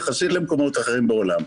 יחסית למקומות אחרים בעולם.